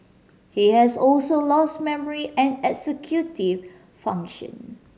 he has also lost memory and executive function